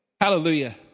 Hallelujah